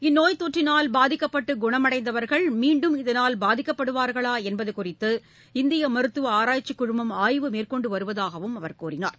இக்கோய் கொற்றினால் பாதிக்கப்பட்டுகுணமடைந்தவர்கள் மீண்டும் இகனால் பாதிக்கப்படுவார்களாஎன்பதுகுறித்து இந்தியமருத்துவஆராய்ச்சிக் குழுமம் ஆய்வு மேற்கொண்டுவருவதாகவும் அவர் கூறினார்